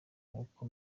nkuko